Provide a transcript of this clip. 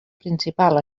principal